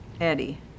Eddie